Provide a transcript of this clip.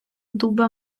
дуба